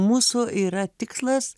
mūsų yra tikslas